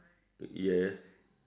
yes